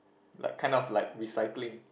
like kind of like recycling